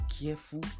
careful